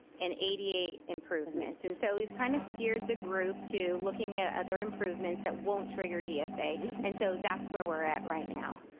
and ada improvements, and so we've kind of steered the group to looking at other improvements that won't trigger dsa and so that's where we're at right now.